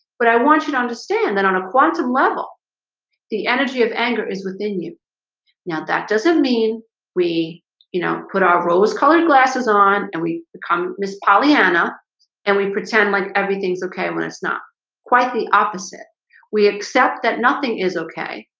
but i want you to understand that on a quantum level the energy of anger is within you now that doesn't mean we you know put our rose-colored glasses on and we become miss pollyanna and we pretend like everything's okay when it's not quite the opposite we accept that nothing is okay,